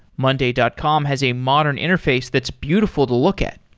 monday dot com has a modern interface that's beautiful to look at.